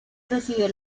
recibió